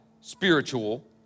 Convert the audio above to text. spiritual